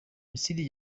misiri